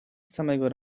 samego